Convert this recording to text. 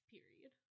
Period